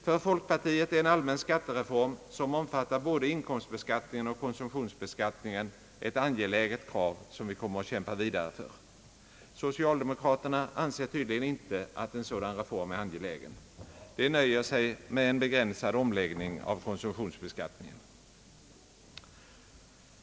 För folkpartiet är en allmän skattereform, som omfattar både inkomstbeskattningen och konsumtionsbeskattningen, ett angeläget krav som vi kommer att kämpa vidare för. Socialdemokraterna anser tydligen inte att en så dan reform är angelägen. De nöjer sig med en begränsad omläggning av konsumtionsbeskattningen.